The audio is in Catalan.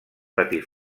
patir